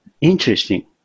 Interesting